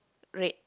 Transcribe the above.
red